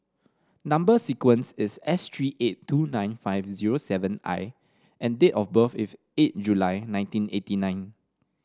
number sequence is S three eight two nine five zero seven I and date of birth is eight July nineteen eighty nine